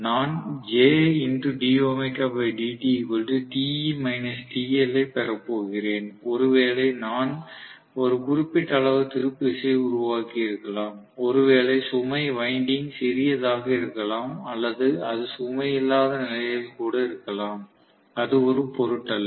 நான் ஐப் பெறப் போகிறேன் ஒருவேளை நான் ஒரு குறிப்பிட்ட அளவு திருப்பு விசையை உருவாக்கியிருக்கலாம் ஒருவேளை சுமை வைண்டிங் சிறியதாக இருக்கலாம் அல்லது அது சுமை இல்லாத நிலையில்கூட இருக்கலாம் அது ஒரு பொருட்டல்ல